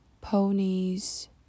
ponies